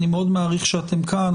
אני מאוד מעריך שאתם כאן,